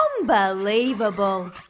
Unbelievable